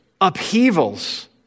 upheavals